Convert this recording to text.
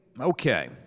okay